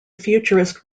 futurist